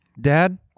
Dad